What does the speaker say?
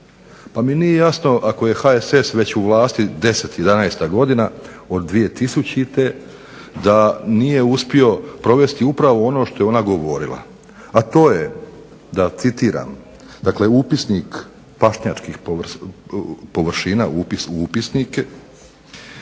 Pa mi nije jasno ako je HSS već u vlasti 10, 11 godina od 2000. da nije uspio provesti upravo ono što je ona govorila. A to je da citiram, dakle upisnik pašnjačkih površina u upisnike,